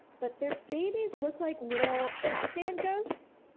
but their babies look like little pac-man ghosts.